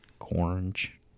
Orange